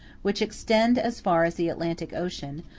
which extend as far as the atlantic ocean,